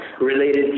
related